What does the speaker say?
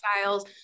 styles